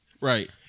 right